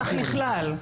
רצח נכלל?